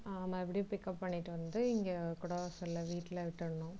மறுபடியும் பிக்கப் பண்ணிட்டு வந்து இங்கே குடவாசலில் வீட்டில் விட்டுன்னும்